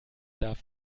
darf